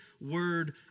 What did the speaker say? word